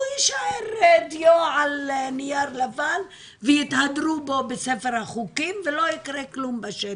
הוא יישאר דיו על נייר לבן ויתהדרו בו בספר החוקים ולא יקרה כלום בשטח,